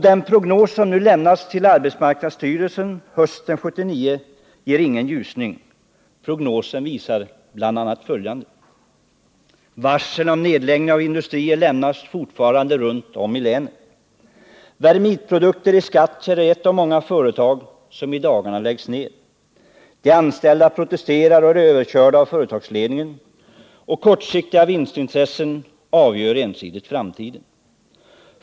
Den prognos som lämnats till arbetsmarknadsstyrelsen hösten 1979 ger ingen ljusning. Prognosen visar bl.a. följande. Varsel om nedläggningar av industrier lämnas fortfarande runt om i länet. Vermitprodukter i Skattkärr är ett av många företag som i dagarna läggs ner. De anställda protesterar och är överkörda av företagsledningen. Kortsiktiga vinstinstressen avgör ensidigt framtiden.